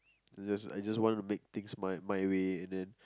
I just I just want to make things my my way and then